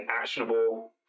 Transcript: actionable